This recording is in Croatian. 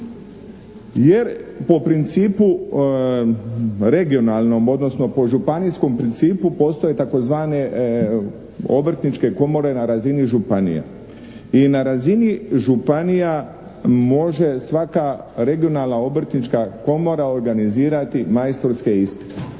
Jer po principu regionalnom odnosno po županijskom principu postoje tzv. obrtničke komore na razini županije. I na razini županija može svaka regionalna obrtnička komora organizirati majstorske ispite,